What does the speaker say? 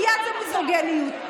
מי הם אלה שייפגעו מהחלטת הממשלה?